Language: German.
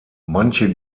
manche